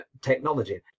technology